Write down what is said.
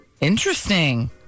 Interesting